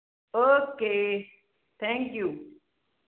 okay thank you